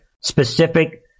specific